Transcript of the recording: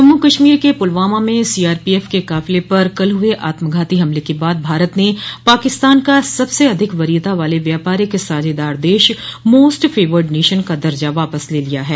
जम्मू कश्मीर के पुलवामा में सीआरपीएफ के काफिले पर कल हुये आत्मघाती हमले के बाद भारत न पाकिस्तान का स सबसे अधिक वरीयता वाले व्यापारिक साझेदार देश मोस्ट फेवर्ड नेशन का दर्जा वापस ले लिया है